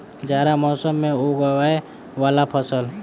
जाड़ा मौसम मे उगवय वला फसल?